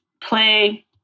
play